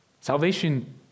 Salvation